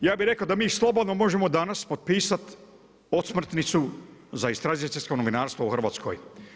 Ja bih rekao da mi slobodno možemo danas potpisati osmrtnicu za istražiteljsko novinarstvo u Hrvatskoj.